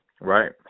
Right